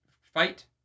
fight